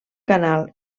canal